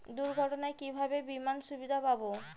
দুর্ঘটনায় কিভাবে বিমার সুবিধা পাব?